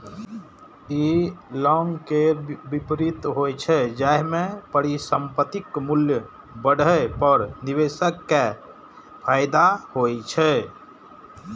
ई long केर विपरीत होइ छै, जाहि मे परिसंपत्तिक मूल्य बढ़ै पर निवेशक कें फायदा होइ छै